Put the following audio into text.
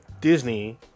Disney